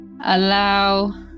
Allow